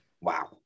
Wow